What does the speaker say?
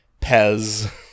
Pez